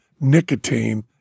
nicotine